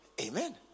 Amen